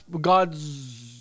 God's